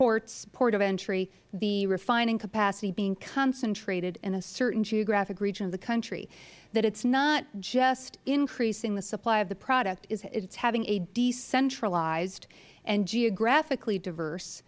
imports port of entry the refining capacity being concentrated in a certain geographic region of the country that it is not just increasing the supply of the product it is having a decentralized and geographically diverse